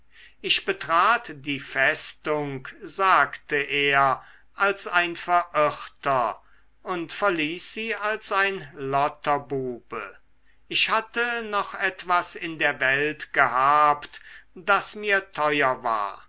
ich betrat die festung sagte er als ein verirrter und verließ sie als ein lotterbube ich hatte noch etwas in der welt gehabt das mir teuer war